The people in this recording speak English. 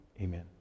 amen